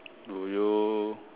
do you